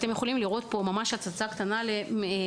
אתם יכולים לראות פה הצצה קטנה לרשימת